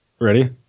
Ready